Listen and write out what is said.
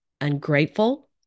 ungrateful